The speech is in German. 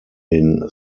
den